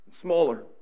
smaller